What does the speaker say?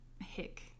hick